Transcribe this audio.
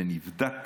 זה נבדק